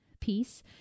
piece